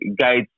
guides